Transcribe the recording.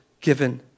given